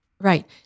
Right